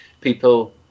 people